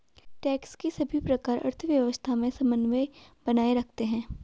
tax के सभी प्रकार अर्थव्यवस्था में समन्वय बनाए रखते हैं